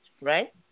right